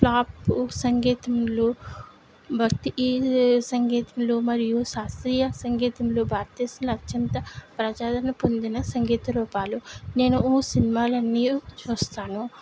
pop సంగీతంలు భక్తి సంగీతంలు మరియు శాస్త్రీయ సంగీతంలు భారతదేశంలో అత్యంత ప్రజాదరణ పొందిన సంగీత రూపాలు నేనూ సినిమాలన్నియు చూస్తాను